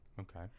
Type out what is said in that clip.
Okay